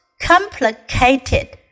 complicated